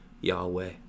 Yahweh